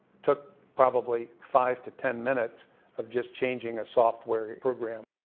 took probably five to ten minutes of just changing a software program.